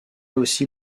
aussi